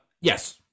yes